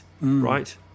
right